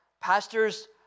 pastors